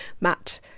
matt